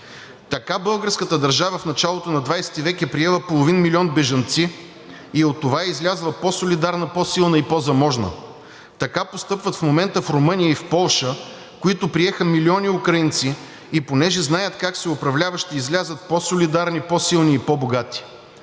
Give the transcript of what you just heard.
Така българската държава в началото на XX век е приела половин милион бежанци и от това е излязла по-солидарна, по-силна и по-заможна. Така постъпват в момента в Румъния и в Полша, които приеха милиони украинци, и понеже знаят как се управлява, ще излязат по-солидарни, по-силни и по-богати.